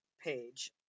page